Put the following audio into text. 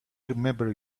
remember